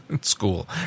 school